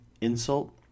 insult